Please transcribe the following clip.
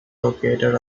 located